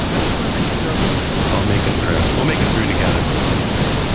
i just want to make sure you're ok, though. i'll make it through. we'll make it through together. i'll help you